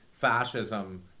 Fascism